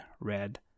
red